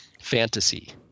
fantasy